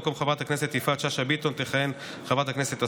במקום חברת הכנסת יפעת שאשא ביטון תכהן חברת הכנסת השכל.